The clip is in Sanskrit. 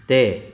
ते